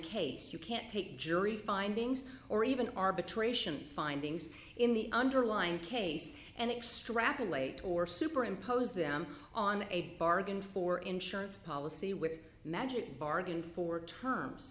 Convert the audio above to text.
case you can't take jury findings or even arbitration findings in the underlying case and extrapolate or superimpose them on a bargain for insurance policy with magic bargained for t